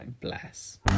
Bless